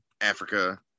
Africa